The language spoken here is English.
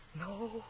No